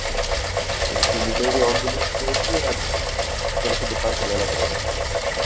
इसके लिए डिलेवरी आप एक ही दाम दरसल दुकान से लाना पड़ेगा